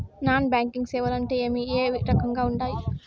non banking సేవలు అంటే ఏమి అవి ఏ రకంగా ఉండాయి